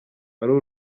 ari